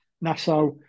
Nassau